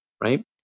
right